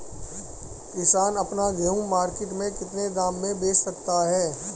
किसान अपना गेहूँ मार्केट में कितने दाम में बेच सकता है?